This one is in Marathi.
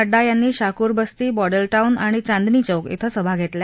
नड्डा यांनी शाकुर बस्ती बॉडेल टाऊन आणि चांदनीचौक इथं सभा घेतल्या